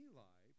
Eli